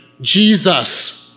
Jesus